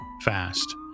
fast